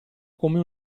come